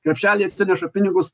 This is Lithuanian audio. krepšelį atsineša pinigus